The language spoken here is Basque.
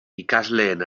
ikasleen